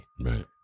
Right